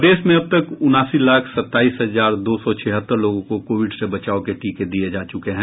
प्रदेश में अब तक उनासी लाख सत्ताईस हजार दो सौ छिहत्तर लोगों को कोविड से बचाव के टीके दिये जा चुके हैं